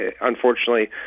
unfortunately